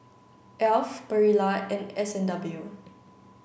Alf Barilla and S and W